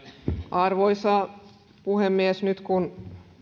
arvoisa puhemies nyt kun